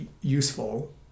useful